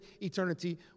eternity